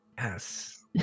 Yes